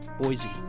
Boise